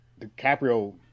DiCaprio